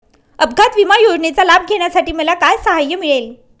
अपघात विमा योजनेचा लाभ घेण्यासाठी मला काय सहाय्य मिळेल?